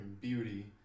beauty